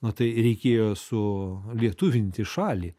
na tai reikėjo sulietuvinti šalį